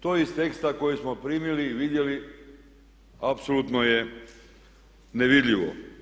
To iz teksta koji smo primili i vidjeli apsolutno je nevidljivo.